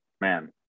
Man